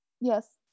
yes